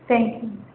thank you